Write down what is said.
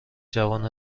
جوان